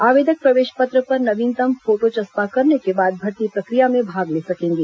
आवेदक प्रवेश पत्र पर नवीनतम फोटो चस्पा करने के बाद भर्ती प्रक्रिया में भाग ले सकेंगे